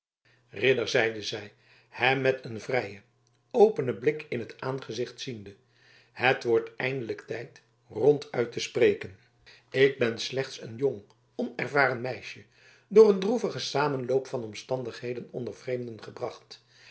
ridder zeide zij hem met een vrijen openen blik in t aangezicht ziende het wordt eindelijk tijd ronduit te spreken ik ben slechts een jong onervaren meisje door een droevigen samenloop van omstandigheden onder vreemden gebracht